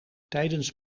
tijdens